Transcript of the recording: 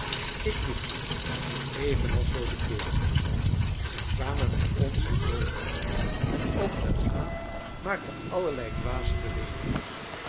ik riep ze evenals joli coeur zij kwamen bij ons en bogen en ook de aap maakte allerlei dwaze bewegingen